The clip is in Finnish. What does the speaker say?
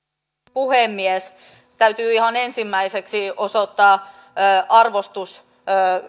puhemies täytyy ihan ensimmäiseksi osoittaa arvostus